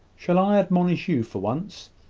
shall i admonish you for once?